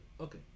Okay